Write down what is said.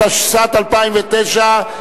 התשס"ט 2009,